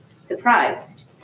surprised